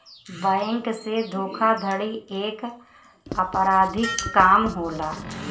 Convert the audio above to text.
bank से धोखाधड़ी एक अपराधिक काम होला